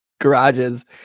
garages